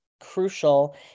crucial